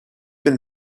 been